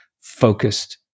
focused